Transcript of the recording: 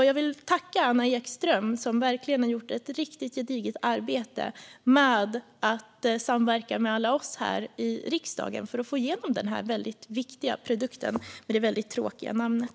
Jag vill också tacka Anna Ekström, som verkligen har gjort ett gediget arbete med att samverka med oss alla här i riksdagen för att få igenom den här väldigt viktiga produkten med det väldigt tråkiga namnet.